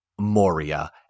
moria